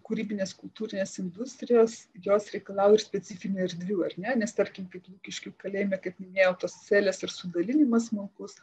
kūrybinės kultūrinės industrijos jos reikalauja specifinių erdvių ar ne nes tarkim kaip lukiškių kalėjime kaip minėjau tos celės ir sudalijimas smulkus